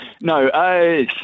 No